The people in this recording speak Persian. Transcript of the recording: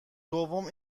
دوم